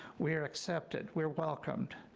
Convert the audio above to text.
we are accepted, we're welcomed,